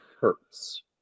hurts